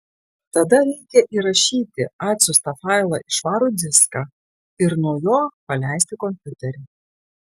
tada reikia įrašyti atsiųstą failą į švarų diską ir nuo jo paleisti kompiuterį